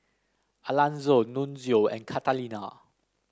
Alanzo Nunzio and Catalina